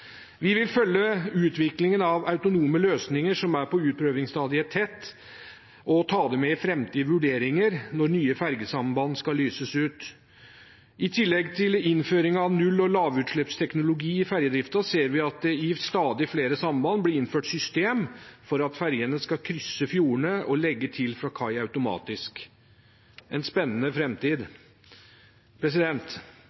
Vi vil følge utviklingen av autonome løsninger, som er på utprøvingsstadiet, tett og ta dem med i framtidige vurderinger når nye ferjesamband skal lyses ut. I tillegg til innføring av null- og lavutslippsteknologi i ferjedriften, ser vi at det i stadig flere samband blir innført et system for at ferjene skal kunne krysse fjordene og legge til og fra kai automatisk – en spennende